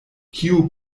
kiu